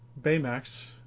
Baymax